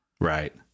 Right